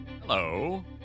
Hello